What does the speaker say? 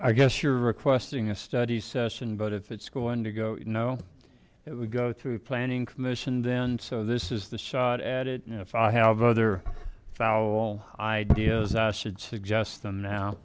i guess you're requesting a study session but if it's going to go you know it would go through planning commission then so this is the shot at it and if i have other foul ideas i should suggest them now